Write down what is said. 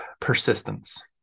Persistence